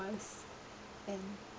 and